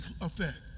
effect